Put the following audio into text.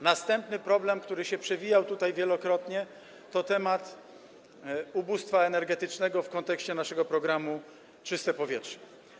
Następny problem, który przewijał się tutaj wielokrotnie, to temat ubóstwa energetycznego w kontekście naszego programu czystego powietrza.